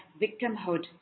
victimhood